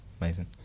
amazing